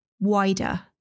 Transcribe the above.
wider